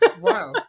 Wow